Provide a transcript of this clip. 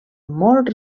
molt